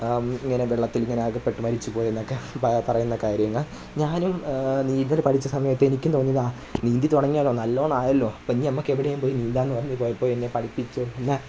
ഇങ്ങനെ വെള്ളത്തിൽ ഇങ്ങനെ അകപ്പെട്ട് മരിച്ച് പോയി എന്നൊക്കെ ബാ പറയുന്ന കാര്യങ്ങൾ ഞാനും നീന്തൽ പഠിച്ച സമയത്ത് എനിക്കും തോന്നിയതാണ് നീന്തി തുടങ്ങിയല്ലൊ നല്ലോണമായല്ലൊ ഇനി നമുക്ക് എവിടേയും പോയി നീന്താമെന്ന് പറഞ്ഞ് പോയപ്പോൾ എന്നെ പഠിപ്പിച്ചു തന്ന